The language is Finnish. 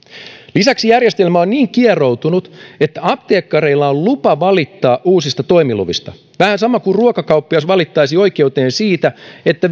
lisäksi järjestelmä on niin kieroutunut että apteekkareilla on lupa valittaa uusista toimiluvista vähän sama kuin ruokakauppias valittaisi oikeuteen siitä että